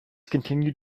continued